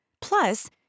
Plus